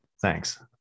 thanks